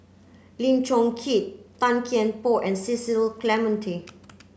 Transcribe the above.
Lim Chong Keat Tan Kian Por and Cecil Clementi